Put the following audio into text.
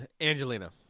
angelina